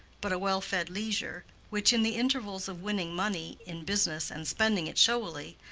but a well-fed leisure, which, in the intervals of winning money in business and spending it showily,